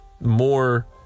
more